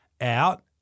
out